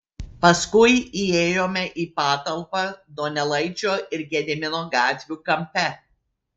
paskui įėjome į patalpą donelaičio ir gedimino gatvių kampe